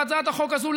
בהצעת החוק הזאת,